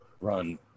run